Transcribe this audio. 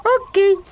Okay